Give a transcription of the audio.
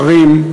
שרים,